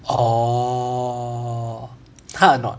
orh hard a not